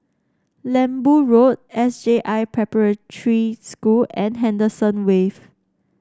Lembu Road S J I Preparatory School and Henderson Wave